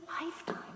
lifetime